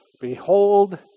Behold